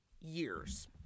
years